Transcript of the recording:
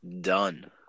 done